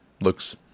looks